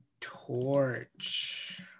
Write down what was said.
torch